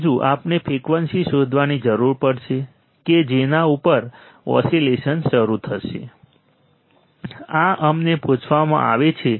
ત્રીજું આપણે ફ્રિકવન્સી શોધવાની જરૂર પડશે કે જેના ઉપર ઓસિલેશન્સ શરૂ થશે આ અમને પૂછવામાં આવે છે